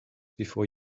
before